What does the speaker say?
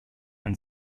and